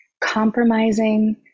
compromising